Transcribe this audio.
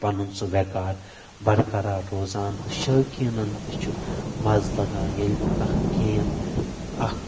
پنُن سُہ ویٚقار برقرار روزان تہٕ شٲقیٖنن تہِ چھُ مزٕ لاگان ییٚلہِ کانہہ گیم اکھ